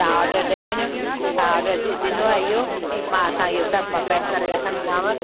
तव्हां ऑडर ॾई वञो तव्हां ऑडर ॾि ॾिनो आहे इहो मां असं इहो सभु मां पैक करे रखंदीमाव